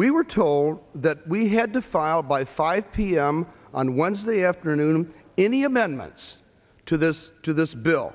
we were told that we had to file by five p m on wednesday afternoon in the amendments to this to this bill